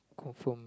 confirm